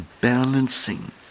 balancing